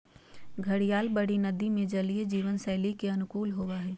घड़ियाल बड़ी नदि में जलीय जीवन शैली के अनुकूल होबो हइ